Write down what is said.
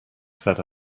fed